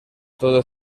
todo